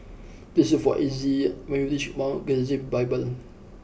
please look for Exie when you reach Mount Gerizim Bible